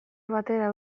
batera